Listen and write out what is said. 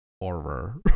horror